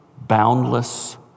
boundless